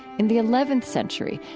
in the eleventh century,